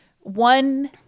one